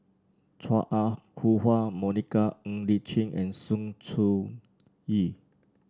Chua Ah Huwa Monica Ng Li Chin and Sng Choon Yee